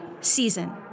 season